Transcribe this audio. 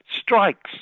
strikes